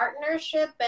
partnership